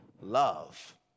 Love